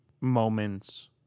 moments